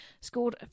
scored